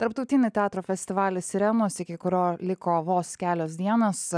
tarptautinį teatro festivalį sirenos iki kurio liko vos kelios dienos